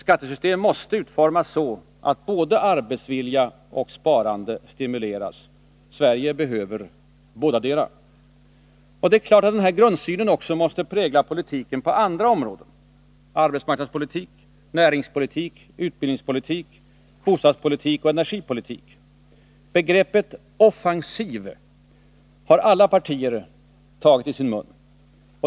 Skattesystemet måste utformas så att både arbetsvilja och sparande stimuleras. Sverige behöver bådadera. Det är klart att den grundsynen måste prägla politiken också på andra områden — arbetsmarknadspolitiken, näringspolitiken, utbildningspolitiken, bostadspolitiken och energipolitiken. Begreppet ”offensiv” har alla partier tagit isin mun.